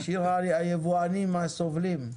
שיר היבואנים הסובלים.